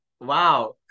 Wow